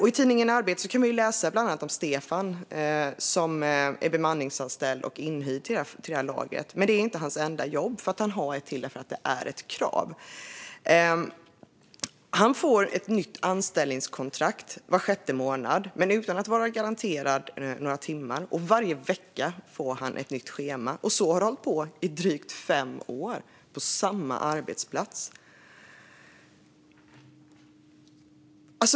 I tidningen Arbetet kan vi läsa om Stefan som är bemanningsanställd och inhyrd till lagret. Men det är inte hans enda jobb - han har ett till eftersom det är ett krav. Han får ett nytt anställningskontrakt var sjätte månad, men utan att vara garanterad några timmar, och varje vecka får han ett nytt schema. Så har det hållit på i drygt fem år på samma arbetsplats.